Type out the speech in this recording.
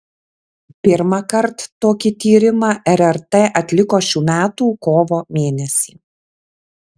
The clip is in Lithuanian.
pirmąkart tokį tyrimą rrt atliko šių metų kovo mėnesį